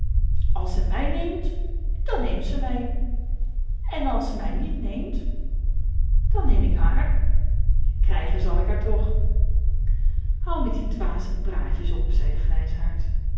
als zij mij neemt dan neemt zij mij en als zij mij niet neemt dan neem ik haar krijgen zal ik haar toch houd met die dwaze praatjes op zei de